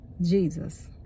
Jesus